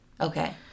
okay